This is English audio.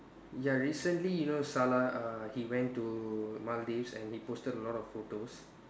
ya recently you know Salah uh he went to Maldives and he posted a lot of photos